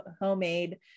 homemade